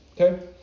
Okay